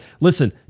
listen